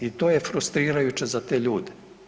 I to je frustrirajuće za te ljude.